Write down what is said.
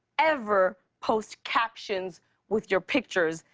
ever post captions with your pictures.